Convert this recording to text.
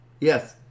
Yes